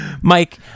mike